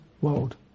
world